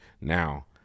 now